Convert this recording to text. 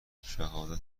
شهادت